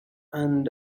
and